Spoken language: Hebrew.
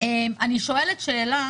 אני שואלת שאלה